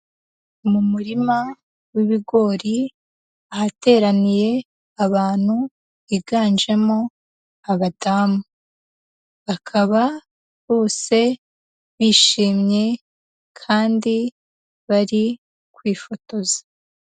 Mu murima w'ibigori, ahateraniye abantu higanjemo abadamu, bakaba bose bishimye kandi bari kwifotoza.